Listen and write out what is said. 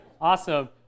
Awesome